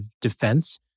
defense